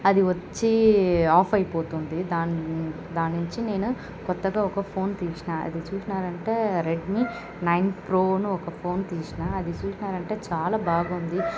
అది వచ్చి ఆఫ్ అయిపోతుంది దాన్ దాన్నుంచి నేను కొత్తగా ఒక ఫోన్ తీసినా అది చూసినారంటే రెడ్మీ నైన్ ప్రో అని ఒక ఫోన్ తీసిన అది చూసినారంటే చాలా బాగుంది